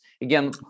again